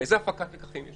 איזה הפקת לקחים יש?